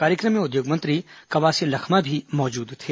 कार्यक्रम में उद्योग मंत्री कवासी लखमा भी मौजूद थे